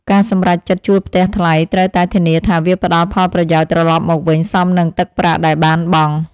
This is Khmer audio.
ការសម្រេចចិត្តជួលផ្ទះថ្លៃត្រូវតែធានាថាវាផ្តល់ផលប្រយោជន៍ត្រឡប់មកវិញសមនឹងទឹកប្រាក់ដែលបានបង់។